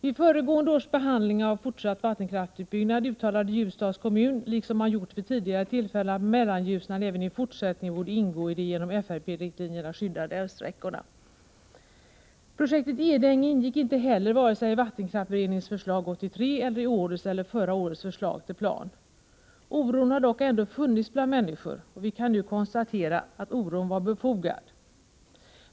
Vid föregående års behandling av fortsatt vattenkraftsutbyggnad uttalade Ljusdals kommun, liksom man gjort vid tidigare tillfällen, att Mellanljusnan även i fortsättningen borde ingå i de genom FRP-riktlinjerna skyddade älvsträckorna. Projektet Edänge ingick inte heller vare sig i vattenkraftsberedningens förslag 1983 eller i årets eller förra årets förslag till plan. Oron har dock ändå funnits bland människor, och vi kan nu konstatera att oron var befogad.